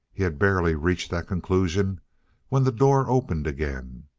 he had barely reached that conclusion when the door opened again.